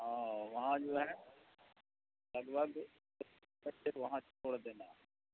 او وہاں جو ہے لگ بھگ وہاں چھوڑ دینا ہے